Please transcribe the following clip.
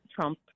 Trump